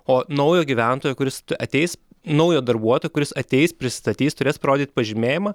o naujo gyventojo kuris ateis naujo darbuotojo kuris ateis prisistatys turės parodyt pažymėjimą